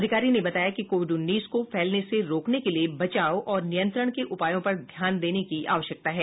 अधिकारी ने बताया कि कोविड उन्नीस को फैलने से रोकने के लिए बचाव और नियंत्रण के उपायों पर ध्यान देने की आवश्यकता है